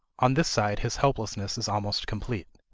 on this side his helplessness is almost complete.